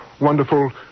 wonderful